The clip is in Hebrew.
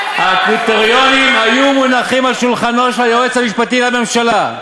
הקריטריונים היו מונחים על שולחנו של היועץ המשפטי לממשלה,